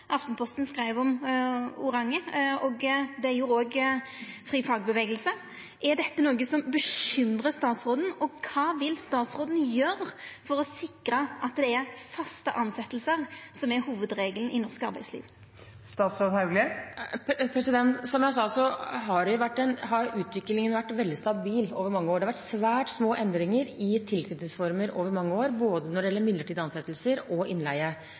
Aftenposten skreiv om Orange, det gjorde òg Fri Fagbevegelse. Er dette noko som bekymrar statsråden, og kva vil statsråden gjera for å sikra at det er faste tilsetjingar som er hovudregelen i norsk arbeidsliv? Som jeg sa, har utviklingen vært veldig stabil over mange år. Det har vært svært små endringer i tilknytningsformer over mange år, både når det gjelder midlertidige ansettelser og innleie.